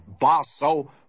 basso